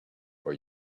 for